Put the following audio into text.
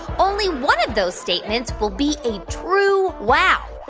only one of those statements will be a true wow.